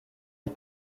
est